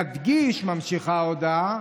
נדגיש" ממשיכה ההודעה,